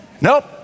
Nope